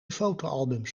fotoalbums